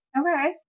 Okay